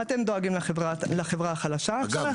אתם דואגים לחברה החלשה --- אגב,